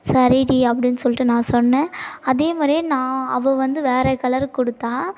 சரிடி அப்படின்னு சொல்லிட்டு நான் சொன்னேன் அதேமாதிரியே நான் அவள் வந்து வேறு கலரு கொடுத்தா